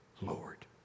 Lord